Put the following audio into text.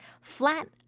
flat